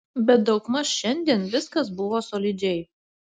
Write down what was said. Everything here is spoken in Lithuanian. bet daugmaž šiandien viskas buvo solidžiai